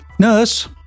Nurse